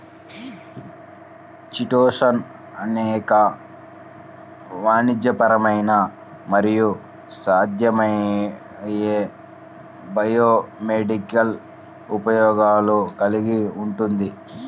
chitosan అనేక వాణిజ్యపరమైన మరియు సాధ్యమయ్యే బయోమెడికల్ ఉపయోగాలు కలిగి ఉంటుంది